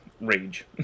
rage